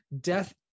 death